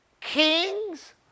Kings